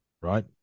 right